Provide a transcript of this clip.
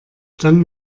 dann